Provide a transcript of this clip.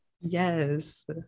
Yes